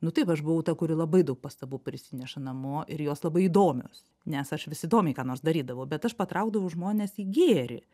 nu taip aš buvau ta kuri labai daug pastabų prisineša namo ir jos labai įdomios nes aš vis įdomiai ką nors darydavau bet aš patraukdavau žmonės į gėrį